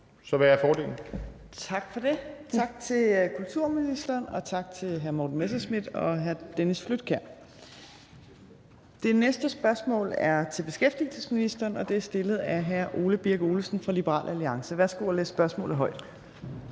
(Trine Torp): Tak for det. Tak til kulturministeren, og tak til hr. Morten Messerschmidt og hr. Dennis Flydtkjær. Det næste spørgsmål er til beskæftigelsesministeren, og det er stillet af hr. Ole Birk Olesen fra Liberal Alliance. Kl. 15:29 Spm. nr.